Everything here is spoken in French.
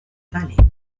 valley